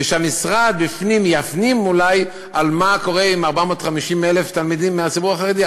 ושהמשרד יפנים אולי מה קורה עם 450,000 תלמידים מהציבור החרדי.